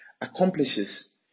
accomplishes